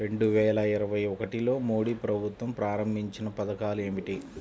రెండు వేల ఇరవై ఒకటిలో మోడీ ప్రభుత్వం ప్రారంభించిన పథకాలు ఏమిటీ?